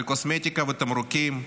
על קוסמטיקה ותמרוקים.